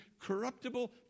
corruptible